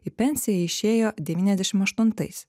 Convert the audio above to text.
į pensiją išėjo devyniadešim aštuntais